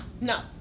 no